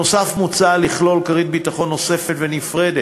נוסף על כך מוצע לכלול כרית ביטחון נוספת ונפרדת